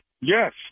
Yes